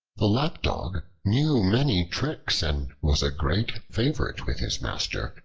the lapdog knew many tricks and was a great favorite with his master,